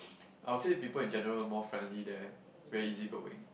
I would say people in general more friendly there very easy going